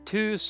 Two